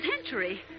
century